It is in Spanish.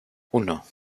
uno